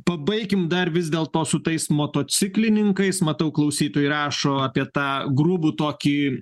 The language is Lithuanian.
pabaikime dar vis dėlto su tais motociklininkais matau klausytojai rašo apie tą grubų tokį